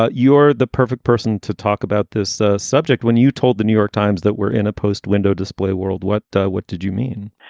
ah you're the perfect person to talk about this ah subject. when you told the new york times that we're in a post window display world, what what did you mean?